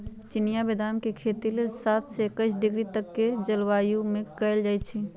चिनियाँ बेदाम के खेती लेल सात से एकइस डिग्री तक के जलवायु में कएल जाइ छइ